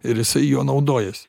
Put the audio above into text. ir jisai juo naudojas